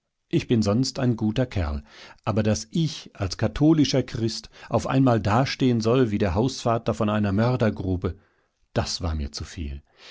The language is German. ich bin sonst ein guter kerl aber daß ich als katholischer christ auf einmal dastehen soll wie der hausvater von einer mördergrube das war mir zu viel